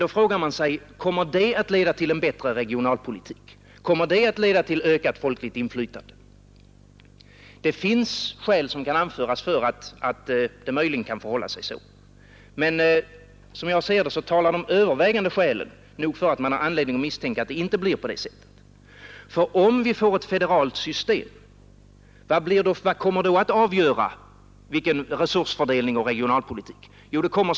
Man frågar sig emellertid om det kommer att leda till en bättre regionalpolitik och ett bättre folkligt inflytande. Det kan anföras skäl för att det möjligen kan förhålla sig så, men som jag ser det talar de övervägande skälen nog för att man har anledning att misstänka att det inte blir på det sättet. För vad kommer att avgöra resursfördelning och regionalpolitik, om vi får ett federalt system?